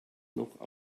noch